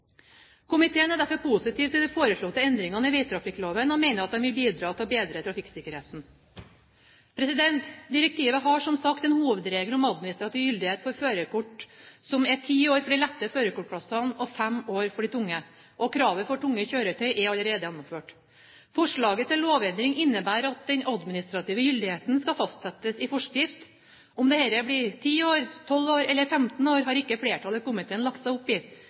Komiteen er derfor positiv til de foreslåtte endringer i vegtrafikkloven og mener at de vil bidra til å bedre trafikksikkerheten. Direktivet har, som sagt, en hovedregel om administrativ gyldighet for førerkort, som er ti år for de lette førerkortklassene og fem år for de tunge. Kravet for tunge kjøretøy er allerede gjennomført. Forslaget til lovendring innebærer at den administrative gyldigheten skal fastsettes i forskrift. Om dette blir 10 år, 12 år eller 15 år, har ikke flertallet i komiteen lagt seg opp i.